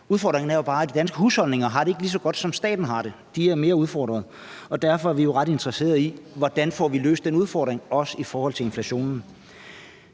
Udfordringen er jo bare, at de danske husholdninger ikke har det lige så godt, som staten har det. De er mere udfordret, og derfor er vi jo ret interesseret i, hvordan vi får løst den udfordring, også i forhold til inflationen.